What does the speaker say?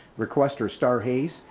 requester star hayes,